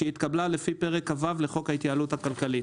שהתקבלה לפי פרק כ"ו לחוק ההתייעלות הכלכלית,